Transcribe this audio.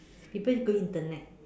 people go internet